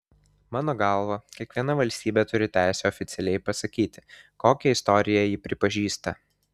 mano galva kiekviena valstybė turi teisę oficialiai pasakyti kokią istoriją ji pripažįsta